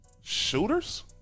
Shooters